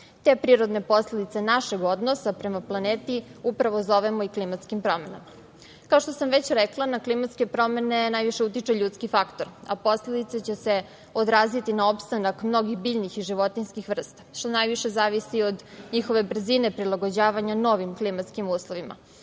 Te prirodne posledice našeg odnosa prema planeti upravo zovemo i klimatskim promenama. Kao što sam već rekla, na klimatske promene najviše utiče ljudski faktor, a posledice će se odraziti na opstanak mnogih biljnih i životinjskih vrsta, što najviše zavisi od njihove brzine prilagođavanja novim klimatskim uslovima.